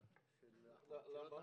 בבקשה,